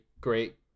great